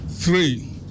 Three